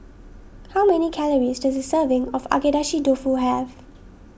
how many calories does a serving of Agedashi Dofu have